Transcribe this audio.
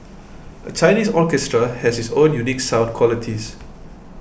a Chinese orchestra has its own unique sound qualities